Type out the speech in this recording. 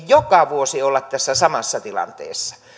joka vuosi olisi tässä samassa tilanteessa